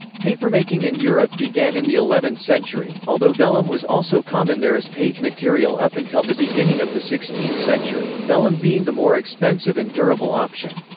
papermaking in europe began in the eleventh century, although vellum was also common there as page material up until the beginning of the sixteenth century, vellum being the more expensive and durable option.